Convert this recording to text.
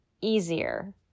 easier